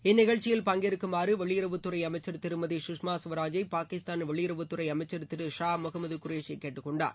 இந்நிகழ்ச்சியில் பங்கேற்குமாறு வெளியுறவுத்துறை அமைச்சர் திருமதி குஷ்மா குவராஜை பாகிஸ்தான் வெளியுறவுத்துறை அமைச்சர் திரு ஷா முகமது குரேஷி கேட்டுக்கொண்டார்